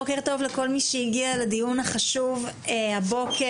בוקר טוב לכל מי שהגיע לדיון החשוב הבוקר.